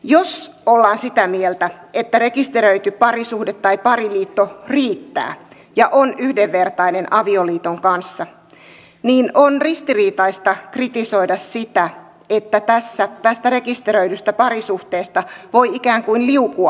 jos ollaan sitä mieltä että rekisteröity parisuhde tai pariliitto riittää ja on yhdenvertainen avioliiton kanssa niin on ristiriitaista kritisoida sitä että tästä rekisteröidystä parisuhteesta voi ikään kuin liukua avioliittoon